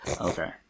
Okay